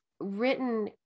written